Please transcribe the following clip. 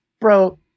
bro